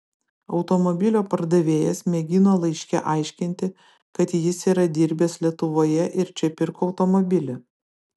automobilio pardavėjas mėgino laiške aiškinti kad jis yra dirbęs lietuvoje ir čia pirko automobilį